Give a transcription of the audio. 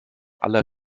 aller